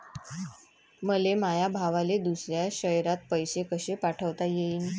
मले माया भावाले दुसऱ्या शयरात पैसे कसे पाठवता येईन?